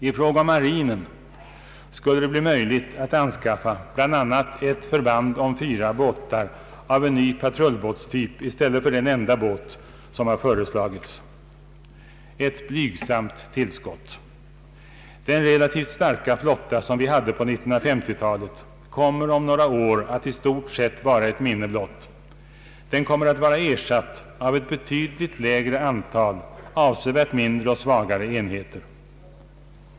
I fråga om marinen skulle det bli möjligt att anskaffa bl.a. ett förband om fyra båtar av en ny patrullbåtstyp i stället för den enda båt som har föreslagits. Ett blygsamt tillskott! Den relativt starka flotta vi hade på 1950-talet kommer om några år att i stort sett vara ett minne blott. Den kommer att vara ersatt av ett betydligt lägre antal, avsevärt mindre och svagare enheter.